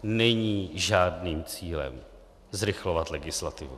Není žádným cílem zrychlovat legislativu.